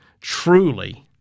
Truly